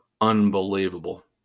unbelievable